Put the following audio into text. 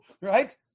right